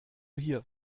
hier